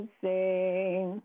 sing